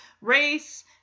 race